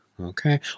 Okay